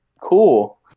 Cool